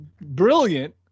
brilliant